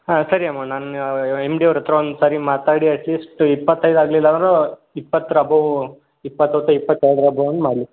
ಹಾಂ ಸರಿ ಅಮ್ಮ ನಾನು ಎಮ್ ಡಿ ಅವ್ರಹತ್ರ ಒಂದುಸರಿ ಮಾತಾಡಿ ಅಟ್ಲಿಸ್ಟ್ ಇಪ್ಪತ್ತೈದು ಆಗಲಿಲ್ಲ ಅಂದರೂ ಇಪ್ಪತ್ತರ ಅಬೋವ್ ಇಪ್ಪತ್ತು ಅಥ್ವ ಇಪ್ಪತ್ತ ಎರಡು ಅಬೋವ್ ಒಂದು ಮಾಡಲಿ